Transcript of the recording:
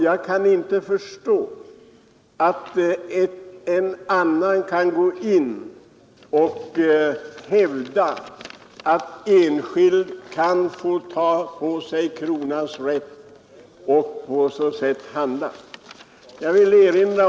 Jag kan inte förstå att man kan hävda att enskilda kan få ta på sig kronans rätt och handla därefter.